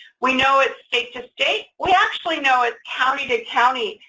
we know it's state to state. we actually know it's county to county,